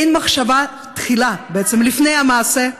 אין מחשבה תחילה בעצם, לפני המעשה,